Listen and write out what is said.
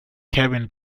cabin